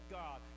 god